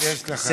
שלוש דקות?